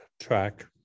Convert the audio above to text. track